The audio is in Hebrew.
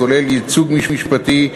הכולל ייעוץ משפטי,